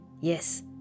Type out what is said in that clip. yes